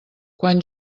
quan